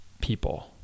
people